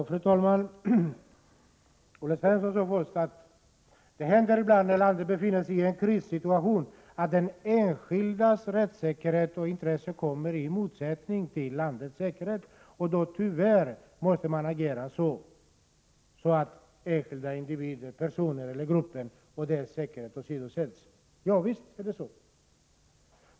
Fru talman! Olle Svensson sade först att när landet befinner sig i en krissituation händer det ibland att den enskildes rättssäkerhet kommer i motsättning till landets säkerhetsintresse, och då måste man tyvärr agera så att säkerheten åsidosätts för enskilda individer, personer eller grupper. Ja, visst är det så.